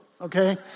okay